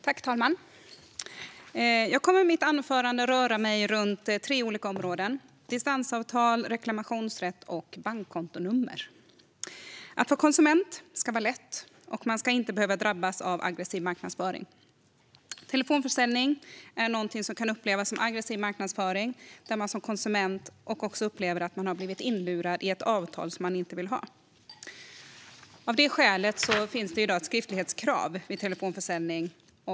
Fru talman! Jag kommer i mitt anförande att röra mig runt tre olika områden: distansavtal, reklamationsrätt och bankkontonummer. Att vara konsument ska vara lätt, och man ska inte behöva drabbas av aggressiv marknadsföring. Telefonförsäljning är något som kan upplevas som aggressiv marknadsföring, och som konsument kan man uppleva att man har blivit inlurad i ett avtal som man inte vill ha. Av det skälet finns det i dag ett skriftlighetskrav vid telefonförsäljning.